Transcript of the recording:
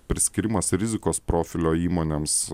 priskyrimas rizikos profilio įmonėms